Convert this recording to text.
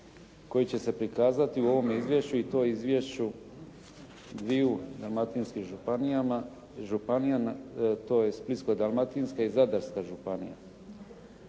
koji će se prikazati u ovome izvješću i to izvješću dviju dalmatinskih županija, to je Splitsko-dalmatinske i Zadarska županija.